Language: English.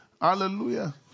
Hallelujah